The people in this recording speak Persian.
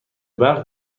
برق